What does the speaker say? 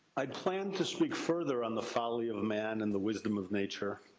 i had planned to speak further on the folly of man, and the wisdom of nature.